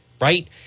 right